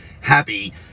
happy